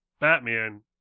Batman